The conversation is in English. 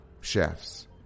chefs